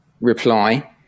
reply